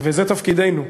זה תפקידנו.